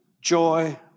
joy